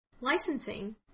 licensing